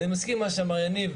אני מסכים עם מה שאמר יניב.